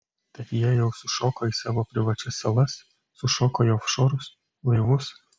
tad jie jau sušoka į savo privačias salas sušoka į ofšorus laivus